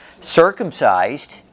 circumcised